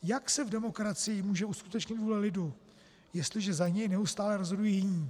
Jak se v demokracii může uskutečnit vůle lidu, jestliže za něj neustále rozhodují jiní?